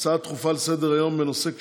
הצעות דחופות לסדר-היום מס' 145,